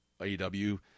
AEW